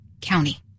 county